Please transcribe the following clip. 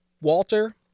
Walter